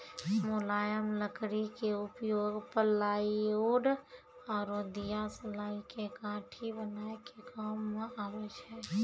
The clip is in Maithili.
मुलायम लकड़ी के उपयोग प्लायउड आरो दियासलाई के काठी बनाय के काम मॅ आबै छै